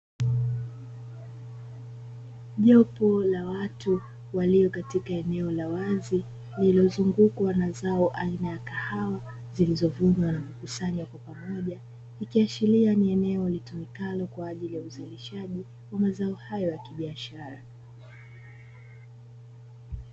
Jopo la watu walio katika eneo la wazi lililozungukwa na zao aina ya kahawa, zilizovunwa na kukusanywa kwa pamoja, ikiashiria ni eneo litumikalo kwa ajili ya uzalishaji wa mazao hayo ya kibiashara.